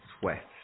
sweat